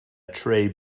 tray